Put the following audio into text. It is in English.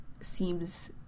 seems